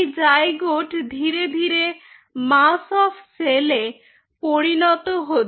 এই জাইগোট ধীরে ধীরে মাস্ অফ সেলে পরিণত হয়